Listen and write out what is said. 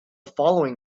following